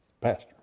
Pastor